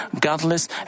godless